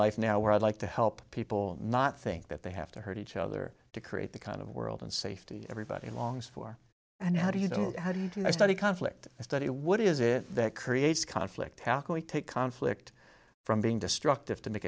life now where i'd like to help people not think that they have to hurt each other to create the kind of world and safety everybody longs for and how do you don't how do i study conflict and study what is it that creates conflict how can we take conflict from being destructive to make